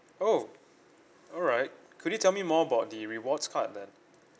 oh alright could you tell me more about the rewards card then